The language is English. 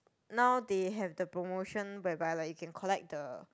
now they have the promotion whereby like you can collect the